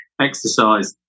exercise